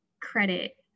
credit